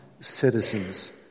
citizens